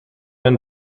ein